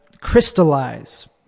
crystallize